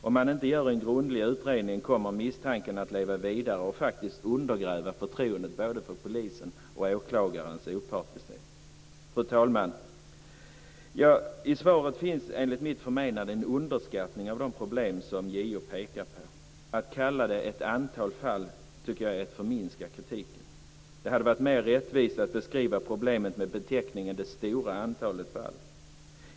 Om man inte gör en grundlig utredning kommer misstanken att leva vidare och faktiskt undergräva förtroendet både för polisen och för åklagarens opartiskhet. Fru talman! I svaret finns enligt mitt förmenande en underskattning av de problem som JO pekar på. Att kalla det "ett antal fall" tycker jag är att förminska kritiken. Det hade varit mer rättvisande att beskriva problemet med beteckningen "det stora antalet fall".